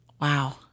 Wow